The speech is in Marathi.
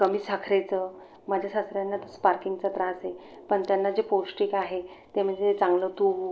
कमी साखरेचं माझ्या सासऱ्यांना तं स्पार्किंगचा त्रास आहे पण त्यांना जे पौष्टिक आहे ते म्हणजे चांगलं तूप